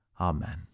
Amen